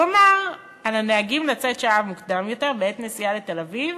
הוא אמר: על הנהגים לצאת שעה מוקדם יותר בעת נסיעה לתל-אביב